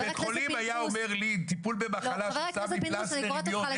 אם בית חולים היה אומר לי טיפול במחלה ששם לי עם פלסטר עם יוד,